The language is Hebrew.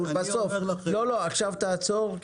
עכשיו תעצור,